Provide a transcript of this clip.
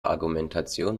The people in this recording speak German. argumentation